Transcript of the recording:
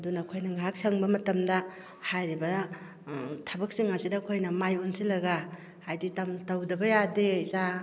ꯑꯗꯨꯅ ꯑꯩꯈꯣꯏꯅ ꯉꯥꯏꯍꯥꯛ ꯁꯪꯕ ꯃꯇꯝꯗ ꯍꯥꯏꯔꯤꯕ ꯊꯕꯛꯁꯤꯡ ꯑꯁꯤꯗ ꯑꯩꯈꯣꯏꯅ ꯃꯥꯏ ꯑꯣꯟꯁꯤꯟꯂꯒ ꯍꯥꯏꯗꯤ ꯇꯧꯗꯕ ꯌꯥꯗꯦ ꯏꯆꯥ